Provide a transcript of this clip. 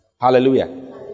Hallelujah